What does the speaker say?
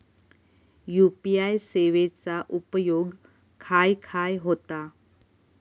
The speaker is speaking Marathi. यू.पी.आय सेवेचा उपयोग खाय खाय होता?